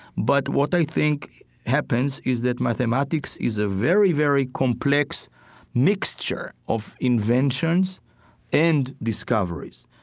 but what i think happens is that mathematics is a very, very complex mixture of inventions and discoveries.